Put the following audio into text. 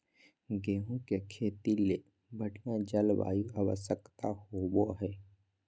गेहूँ के खेती ले बढ़िया जलवायु आवश्यकता होबो हइ